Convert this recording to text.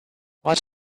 what